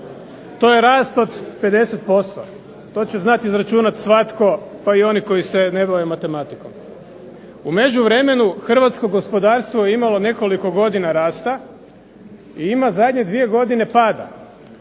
To je rast od 50%. To će znati izračunati svatko, pa i oni koji se ne bave matematikom. U međuvremenu hrvatsko gospodarstvo je imalo nekoliko godina rasta i ima zadnje dvije godine pada.